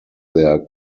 their